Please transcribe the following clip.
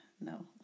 no